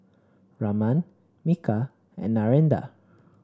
Raman Milkha and Narendra